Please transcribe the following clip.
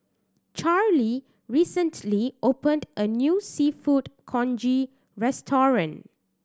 Charlee recently opened a new Seafood Congee restaurant